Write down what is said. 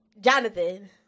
Jonathan